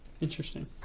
Interesting